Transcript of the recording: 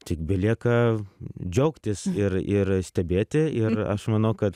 tik belieka džiaugtis ir ir stebėti ir aš manau kad